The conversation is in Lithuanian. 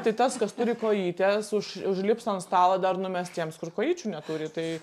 tai tas kas turi kojytes už užlips ant stalo dar numes tiems kur kojyčių neturi tai